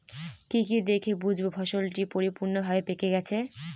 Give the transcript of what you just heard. কি কি দেখে বুঝব ফসলটি পরিপূর্ণভাবে পেকে গেছে?